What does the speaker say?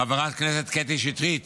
חברת הכנסת קטי שטרית,